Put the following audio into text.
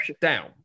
down